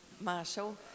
Marshall